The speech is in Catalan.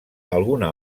alguna